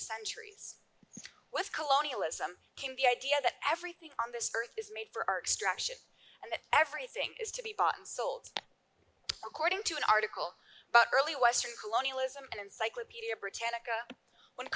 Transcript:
centuries with colonialism came the idea that everything on this earth is made for extraction and that everything is to be bought and sold according to an article but early western colonialism and encyclopedia britannica when